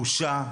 בושה,